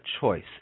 choice